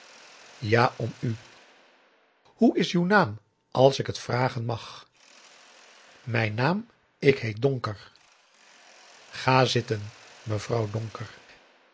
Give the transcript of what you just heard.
ja om u hoe is uw naam als ik t vragen mag mijn naam ik heet donker ga zitten mevrouw donker